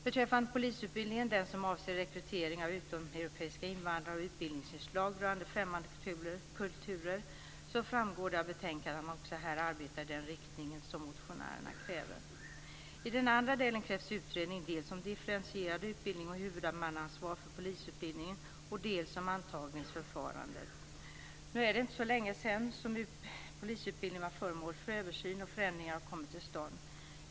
Beträffande frågan om polisutbildningen, den som avser rekrytering av utomeuropeiska invandrare, och utbildningsinslag rörande främmande kulturer framgår det av betänkandet att man också här arbetar i den riktning som motionärerna kräver. I den andra delen krävs utredning dels om differentierad utbildning och huvudmannaansvar för polisutbildningen, dels om antagningsförfarandet. Det är inte så länge sedan som polisutbildningen var föremål för översyn, och förändringar har kommit till stånd.